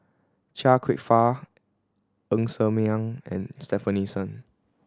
Chia Kwek Fah Ng Ser Miang and Stefanie Sun